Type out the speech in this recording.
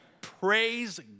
Praise